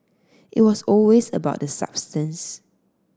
it was always about the substance